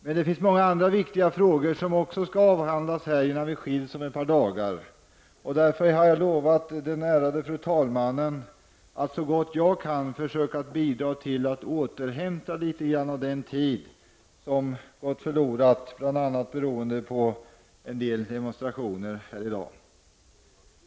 Men det finns många andra viktiga frågor som skall avhandlas här innan vi skiljs om ett par dagar, varför jag har lovat den ärade fru talmannen att så gott jag kan försöka bidra till att återvinna litet av den tid som gått förlorad bl.a. på grund av demonstrationer här i dag.